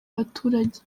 abaturage